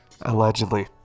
Allegedly